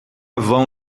vão